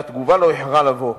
והתגובה לא איחרה לבוא.